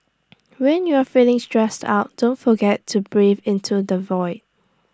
when you are feeling stressed out don't forget to breathe into the void